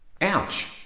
Ouch